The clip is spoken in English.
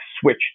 switch